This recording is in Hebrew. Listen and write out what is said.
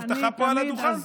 הבטחה פה על הדוכן.